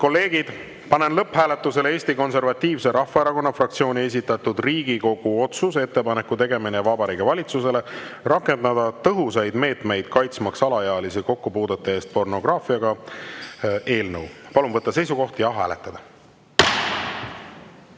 kolleegid, panen lõpphääletusele Eesti Konservatiivse Rahvaerakonna fraktsiooni esitatud Riigikogu otsuse "Ettepaneku tegemine Vabariigi Valitsusele rakendada tõhusaid meetmeid kaitsmaks alaealisi kokkupuudete eest pornograafiaga" eelnõu. Palun võtta seisukoht ja hääletada!